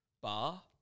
bar